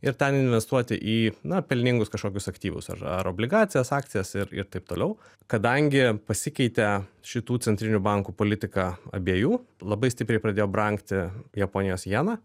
ir ten investuoti į na pelningus kažkokius aktyvus ar ar obligacijas akcijas ir ir taip toliau kadangi pasikeitė šitų centrinių bankų politika abiejų labai stipriai pradėjo brangti japonijos jena